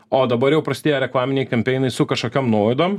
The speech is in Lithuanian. o dabar jau prasidėjo reklaminiai kampeinai su kažkokiom nuolaidom